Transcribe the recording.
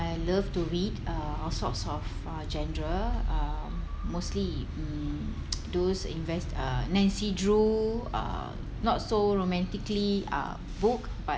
I love to read uh all sorts of uh genre uh mostly mm those inves~ uh nancy drew uh not so romantically uh book but